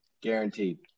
Guaranteed